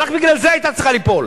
רק בגלל זה היא היתה צריכה ליפול.